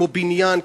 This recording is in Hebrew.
כמו בניין,